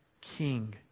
king